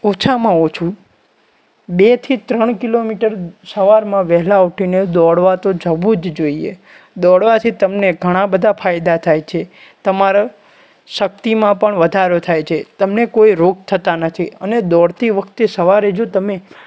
ઓછામાં ઓછું બે થી ત્રણ કિલોમીટર સવારમાં વહેલા ઊઠીને દોડવા તો જવું જ જોઈએ દોડવાથી તમને ઘણા બધા ફાયદા થાય છે તમારા શક્તિમાં પણ વધારો થાય છે તમને કોઈ રોગ થતા નથી અને દોડતી વખતે સવારે જો તમે